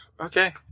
okay